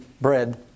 bread